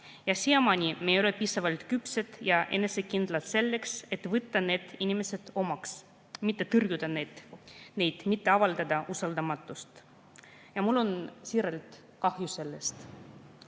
ja siiamaani me ei ole piisavalt küpsed ja enesekindlad selleks, et võtta need inimesed omaks, mitte tõrjuda neid, mitte avaldada usaldamatust. Ja mul on selle